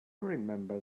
remember